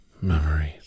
memories